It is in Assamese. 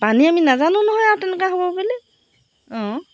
পানী আমি নাজানো নহয় আৰু তেনেকুৱা হ'ব বুলি অঁ